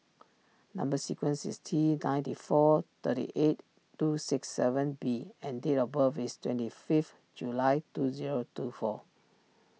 Number Sequence is T ninety four thirty eight two six seven B and date of birth is twenty fifth July two zero two four